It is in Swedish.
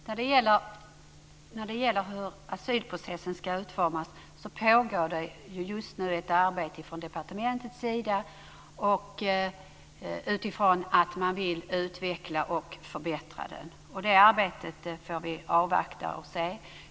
Herr talman! När det gäller hur asylprocessen ska utformas pågår det just nu ett arbete från departementets sida utifrån att man vill utveckla och förbättra den. Det arbetet får vi avvakta.